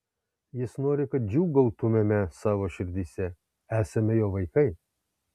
jis nori kad džiūgautumėme savo širdyse esame jo vaikai